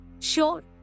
Sure